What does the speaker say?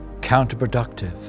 counterproductive